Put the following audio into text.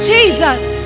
Jesus